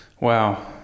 Wow